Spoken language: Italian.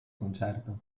concerto